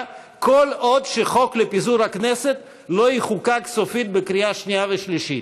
כל עוד חוק פיזור הכנסת לא יחוקק סופית בקריאה שנייה ושלישית.